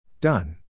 Done